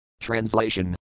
Translation